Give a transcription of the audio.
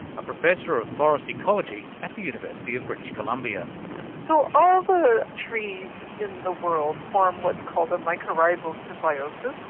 a professor of forest ecology at the university of british columbia so all the trees in the world form what is called a mycorrhizal symbiosis.